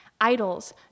Idols